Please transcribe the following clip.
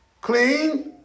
clean